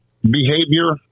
behavior